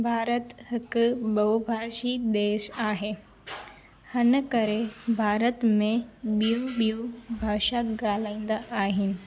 भारत हिकु बहुभाषी देश आहे हिन करे भारत में ॿियूं ॿियूं भाषा ॻाल्हाईंदा आहिनि